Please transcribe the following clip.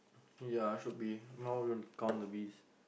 ya should be count the bees